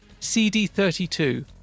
cd32